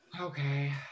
Okay